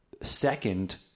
second